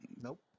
nope